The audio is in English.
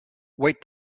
wait